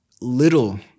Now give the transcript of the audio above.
little